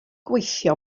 gweithio